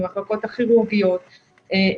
ממחלקות הכירורגיות,